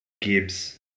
Gibbs